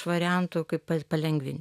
variantų kaip palengvin